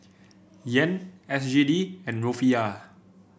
Yen S G D and Rufiyaa